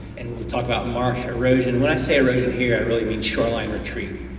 and we'll talk about marsh erosion. when i say erosion here, i really mean shoreline retreat,